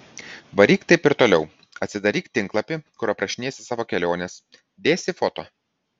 varyk taip ir toliau atsidaryk tinklapį kur aprašinėsi savo keliones dėsi foto